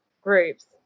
groups